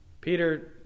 Peter